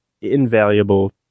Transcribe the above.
invaluable